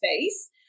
space